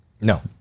No